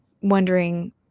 wondering